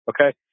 okay